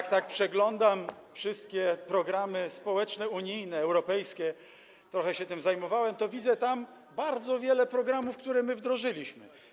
Kiedy przeglądam wszystkie programy społeczne unijne, europejskie - trochę się tym zajmowałem - to widzę tam bardzo wiele programów, które my wdrożyliśmy.